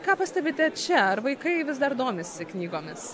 ką pastebite čia ar vaikai vis dar domisi knygomis